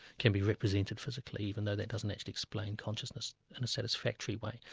can be represented physically, even though that doesn't actually explain consciousness in a satisfactory way.